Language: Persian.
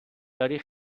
داری